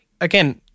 again